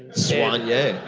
swanya, yeah.